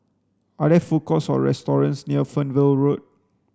are there food courts or restaurants near Fernvale Road